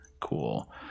Cool